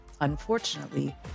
Unfortunately